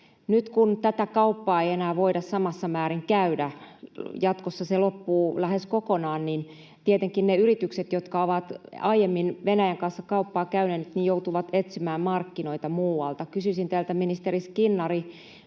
Nyt kun tätä kauppaa ei enää voida samassa määrin käydä — jatkossa se loppuu lähes kokonaan — niin tietenkin ne yritykset, jotka ovat aiemmin Venäjän kanssa kauppaa käyneet, joutuvat etsimään markkinoita muualta. Kysyisin teiltä, ministeri Skinnari: